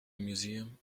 museum